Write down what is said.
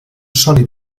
sòlid